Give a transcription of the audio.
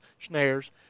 snares